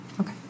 Okay